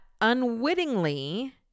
unwittingly